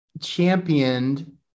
championed